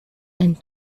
and